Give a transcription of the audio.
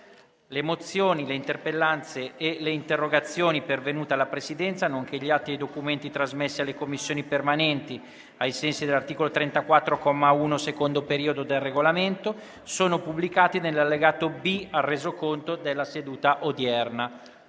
Le mozioni, le interpellanze e le interrogazioni pervenute alla Presidenza, nonché gli atti e i documenti trasmessi alle Commissioni permanenti ai sensi dell'articolo 34, comma 1, secondo periodo, del Regolamento sono pubblicati nell'allegato B al Resoconto della seduta odierna.